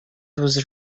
was